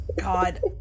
God